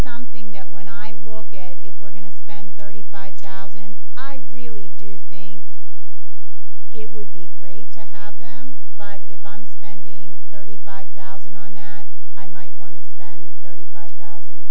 something that when i look at it if we're going to spend thirty five thousand i really do think it would be great to have them but if i'm spending thirty five thousand on that i might want to spend thirty five thousand